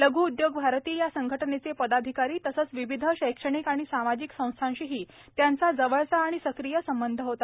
लघ् उदयोगभारती या संघटनेचे पदाधिकारी तसेच विविध शैक्षणिक आणि सामाजिक संस्थांशीही त्यांचा जवळचा आणि सक्रिय संबंध होता